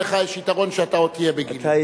לך יש יתרון שאתה עוד תהיה בגילי.